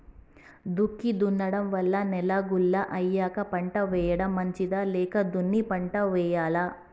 దుక్కి దున్నడం వల్ల నేల గుల్ల అయ్యాక పంట వేయడం మంచిదా లేదా దున్ని పంట వెయ్యాలా?